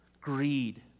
greed